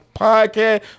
Podcast